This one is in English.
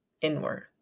inward